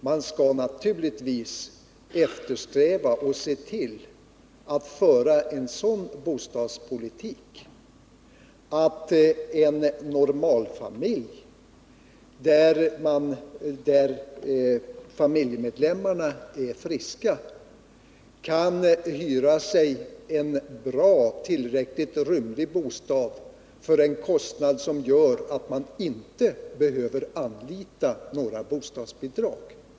Man skall naturligtvis se till att föra en sådan bostadspolitik att en normalfamilj, där familjemedlemmarna är friska, kan hyra sig en bra och tillräckligt rymlig bostad för en sådan kostnad att man inte behöver anlita några bostadsbidrag.